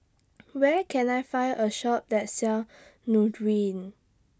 Where Can I Find A Shop that sells Nutren